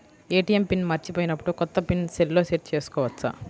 ATM pin మరచిపోయినప్పుడు, కొత్త pin సెల్లో సెట్ చేసుకోవచ్చా?